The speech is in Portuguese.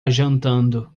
jantando